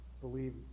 Believe